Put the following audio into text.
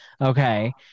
Okay